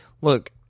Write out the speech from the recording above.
look